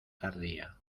tardía